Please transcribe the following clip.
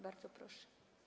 Bardzo proszę.